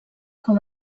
com